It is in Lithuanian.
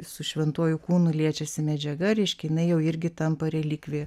su šventuoju kūnu liečiasi medžiaga reiškia jinai jau irgi tampa relikvija